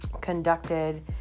conducted